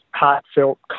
heartfelt